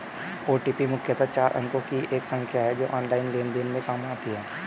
OTP मुख्यतः चार अंकों की एक संख्या है जो ऑनलाइन लेन देन में काम आती है